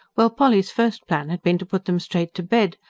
well, polly's first plan had been to put them straight to bed.